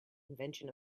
invention